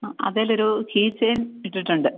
അതിലൊരു key chain ഇട്ടിട്ടുണ്ട്